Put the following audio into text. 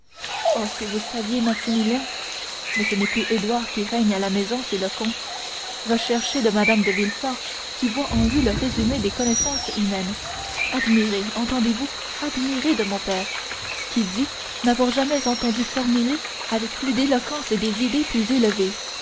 oh si vous saviez maximilien mais ce n'est plus édouard qui règne à la maison c'est le comte recherché de madame de villefort qui voit en lui le résumé des connaissances humaines admiré entendez-vous admiré de mon père qui dit n'avoir jamais entendu formuler avec plus d'éloquence des idées plus élevées